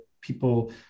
people